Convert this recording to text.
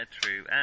true